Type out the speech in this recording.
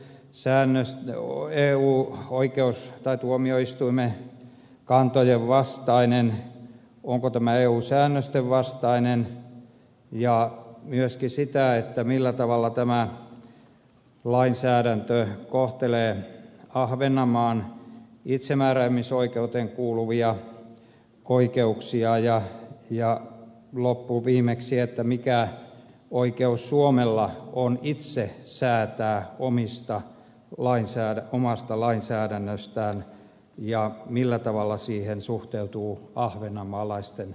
säännös joo eun eu tuomioistuimen kantojen vastainen onko tämä eu säännösten vastainen ja myöskin sitä millä tavalla tämä lainsäädäntö kohtelee ahvenanmaan itsemääräämisoikeuteen kuuluvia oikeuksia ja loppuviimeksi mikä oikeus suomella on itse säätää omasta lainsäädännöstään ja millä tavalla siihen suhteutuvat ahvenanmaalaisten oikeudet